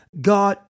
God